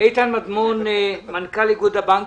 איתן מדמון, מנכ"ל איגוד הבנקים.